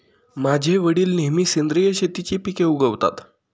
माझे वडील नेहमी सेंद्रिय शेतीची पिके उगवतात